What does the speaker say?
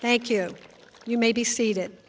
thank you you may be seated